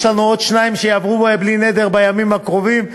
יש לנו עוד שניים שיעברו בלי נדר בימים הקרובים.